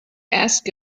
ask